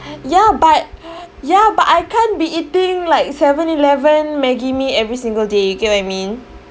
ya but ya but I can't be eating like seven eleven Maggi mee every single day you get what I mean